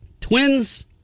Twins